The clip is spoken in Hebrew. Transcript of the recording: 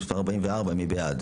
מי בעד